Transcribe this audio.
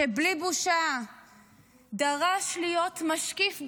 שבלי בושה דרש להיות משקיף בקבינט,